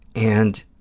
and